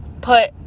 put